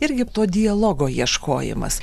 irgi to dialogo ieškojimas